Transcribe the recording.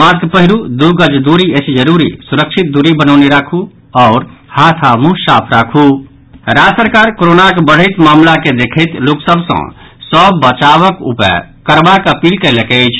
mask पहिरू दू गज दूरी अछि जरूरी सुरक्षित दूरी बनौने राखु हाथ आओर मुंह साफ राखु राज्य सरकार कोरोनाक बढ़ैत मामिला के देखैत लोक सभ सँ सभ बचावक उपाय करबाक अपील कयलक अछि